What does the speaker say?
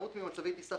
הטיס